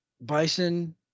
Bison